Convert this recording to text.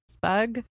bug